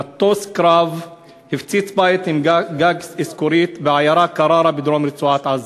מטוס קרב הפציץ בית עם גג איסכורית בעיירה קררה בדרום רצועת-עזה.